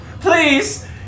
Please